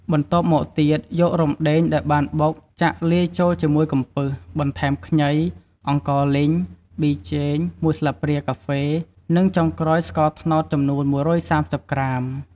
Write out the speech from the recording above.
បន្ទាប់មកទៀត យករំដេងដែលបានបុក ចាក់លាយចូលជាមួយកំពឹស បន្ថែមខ្ញី អង្ករលីង ប៊ីចេង ១ស្លាបព្រាកាហ្វេ និងចុងក្រោយ ស្ករត្នោតចំនួន ១៣០ ក្រាម។